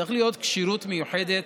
צריכה להיות כשירות מיוחדת